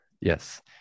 Yes